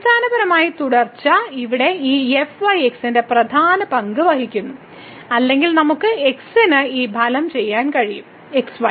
അടിസ്ഥാനപരമായി തുടർച്ച ഇവിടെ ഈ fyx ന്റെ പ്രധാന പങ്ക് വഹിക്കുന്നു അല്ലെങ്കിൽ നമുക്ക് x ന് ഈ ഫലം ചെയ്യാൻ കഴിയും xy